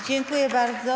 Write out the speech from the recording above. Dziękuję bardzo.